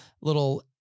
little